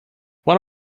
one